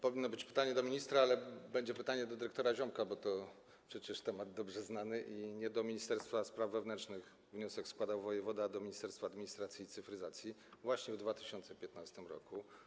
Powinno być pytanie do ministra, ale będzie pytanie do dyrektora Ziomka, bo to przecież temat dobrze znany i nie do ministerstwa spraw wewnętrznych wniosek składał wojewoda, ale do Ministerstwa Administracji i Cyfryzacji właśnie w 2015 r.